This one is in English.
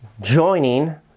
joining